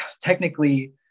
technically